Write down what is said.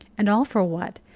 and all for what,